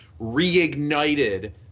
reignited